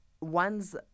one's